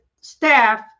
staff